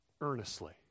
earnestly